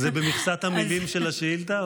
זה במכסת המילים של השאילתה?